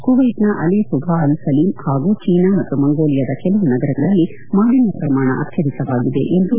ಕುವೈತ್ನ Ali Subah Al Salem ಹಾಗೂ China ಮತ್ತು ಮಂಗೋಲಿಯಾದ ಕೆಲವು ನಗರಗಳಲ್ಲಿ ಮಾಲಿನ್ಲ ಪ್ರಮಾಣ ಅತ್ಲಧಿಕವಾಗಿದೆ ಎಂದು ಘಊಔ ಹೇಳಿದೆ